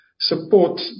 support